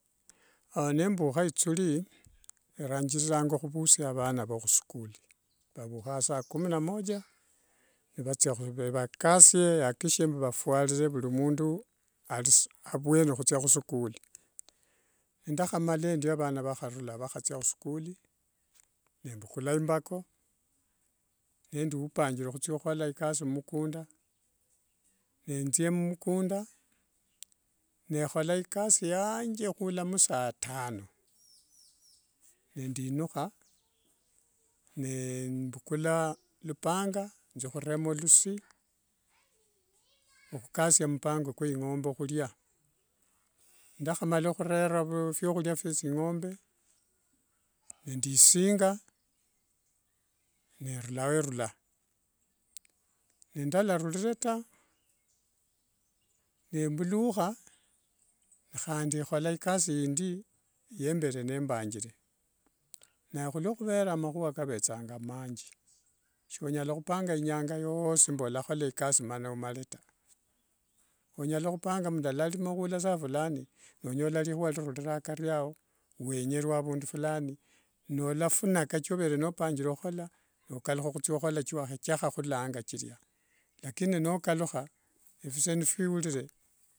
Nembukha ithuri nangiriranga khuvusia vana vakhuschool vavukhanga saa kumi na moja yakikishie mbu afuarire vurimundu ari avuene khutsia khusichool, nindakhamala endio vana vhakharula vhakhathia muschool nembukula imbako nendi upangire huthia khukhola ikasi mmukunda nenzia mmukunda nekhola ikasi yanje khuchaka saa tano nendinukha nembukula lupanga ninzia khurema lusi okhukasia mupango kwa ingombe khuria ndakhamala khurera vyakhuria fyathingonbe nendisinga nerulao erula nendalalurire taa nelurao mulukha khandi khola ikasi iindi yembere nembanjire nae khuluokhuvera makhua kavethanga manji shonyala khupanga inyanga yoosi mbolakhola ikasi mana omale taa onyala khupanga mbu ndalarima khuchaka saa fulani nonyola rikhuwa lirurira akari ao wenyerwe avundu fulani nolafunaka chovere nopangire khukhola okalukha khukhola chakhakhulanga chiria lakini nokalukha efise nifwurire.